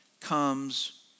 comes